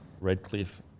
Redcliffe